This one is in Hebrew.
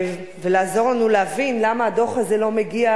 ולעזור לנו להבין למה הדוח הזה לא מגיע,